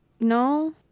No